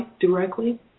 directly